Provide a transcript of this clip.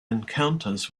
encounters